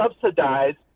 subsidized